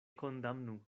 kondamnu